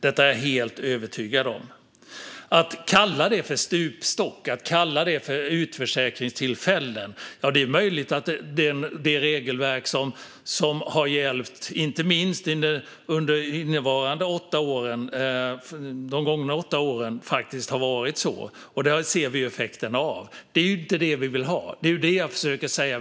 Detta är jag helt övertygad om. I debatten har detta kallats för stupstock eller utförsäkringstillfällen. Ja, det är möjligt att det regelverk som har gällt under de gångna åtta åren faktiskt har varit sådant, och det ser vi ju effekterna av. Det är ju inte det vi vill ha. Det är ju detta jag försöker säga.